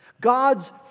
God's